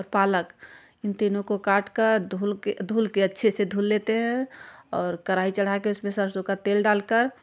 और पालक इन तीनों को काटकर धूल के धूल के अच्छे से धूल लेते हैं और कढ़ाई चढ़ाकर उसमें सरसों का तेल डालकर